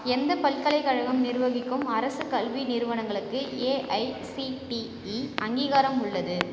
எந்த பல்கலைக்கழகம் நிர்வகிக்கும் அரசு கல்வி நிறுவனங்களுக்கு ஏஐசிடிஇ அங்கீகாரம் உள்ளது